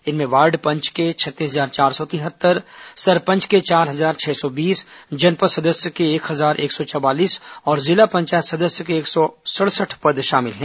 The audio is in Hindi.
इनमें वार्ड पंच के छत्तीस हजार चार सौ तिहत्तर सरपंच के चार हजार छह सौ बीस जनपद सदस्य के एक हजार एक सौ चवालीस और जिला पंचायत सदस्य के एक सौ सड़सठ पद शामिल हैं